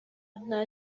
nta